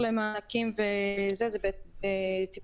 100% מהתיירות המאורגנת הקבוצתית זה באמצעות